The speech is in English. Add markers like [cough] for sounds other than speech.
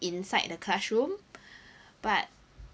inside the classroom [breath] but